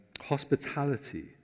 hospitality